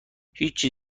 هیچی